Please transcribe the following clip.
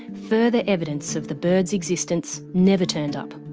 further evidence of the bird's existence never turned up.